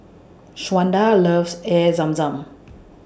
Shawnda loves Air Zam Zam